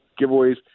giveaways